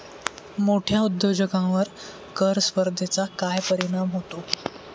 मोठ्या उद्योजकांवर कर स्पर्धेचा काय परिणाम होतो?